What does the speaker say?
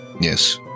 Yes